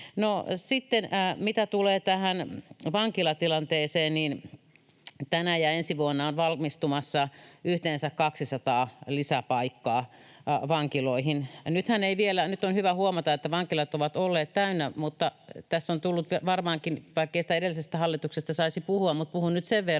mitä tulee tähän vankilatilanteeseen, niin tänä ja ensi vuonna on valmistumassa yhteensä 200 lisäpaikkaa vankiloihin. Nythän on hyvä huomata — vaikkei siitä edellisestä hallituksesta saisi puhua, mutta puhun nyt sen verran